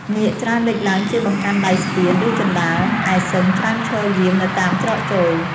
នាគច្រើនលេចឡើងជាបង្កាន់ដៃស្ពាន ឬជណ្តើរ ឯសិង្ហច្រើនឈរយាមនៅតាមច្រកចូល។